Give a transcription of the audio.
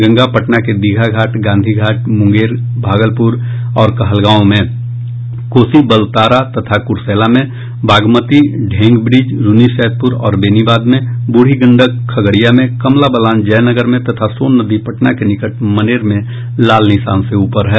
गंगा पटना के दीघा घाट गांधी घाट मुंगेर भागलपुर और कहलगांव में कोसी बालतारा तथा कुरसैला में बागमती ढेंगब्रिज रुन्नीसैदपुर और बेनीबाद में बूढ़ी गंडक खगड़िया में कमला बलान जयनगर में तथा सोन नदी पटना के निकट मनेर में लाल निशान से ऊपर है